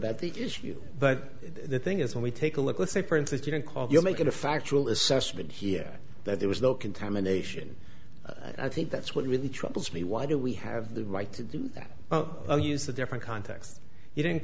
that the issue but the thing is when we take a look let's say for instance you don't call you're making a factual assessment here that there was no contamination i think that's what really troubles me why do we have the right to do that i'll use a different context you didn't